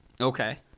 Okay